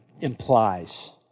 implies